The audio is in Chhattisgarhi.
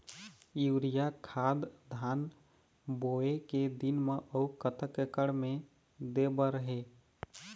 यूरिया खाद धान बोवे के दिन म अऊ कतक एकड़ मे दे बर हे?